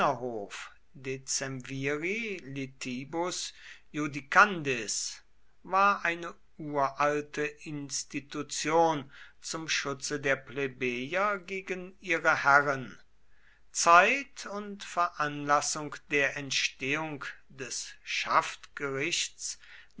war eine uralte institution zum schutze der plebejer gegen ihre herren zeit und veranlassung der entstehung des